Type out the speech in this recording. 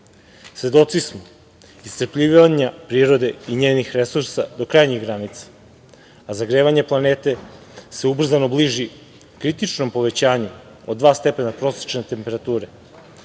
veku. Svedoci smo iscrpljivanja prirode i njenih resursa do krajnjih granica, a zagrevanje planete se ubrzano bliži kritičnom povećanju od 2% prosečne temperature